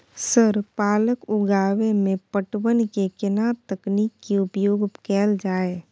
Sir पालक उगाव में पटवन के केना तकनीक के उपयोग कैल जाए?